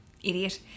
Idiot